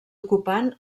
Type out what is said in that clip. ocupant